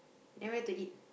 then where to eat